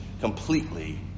completely